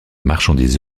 marchandises